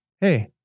Hey